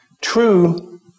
true